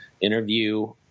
interview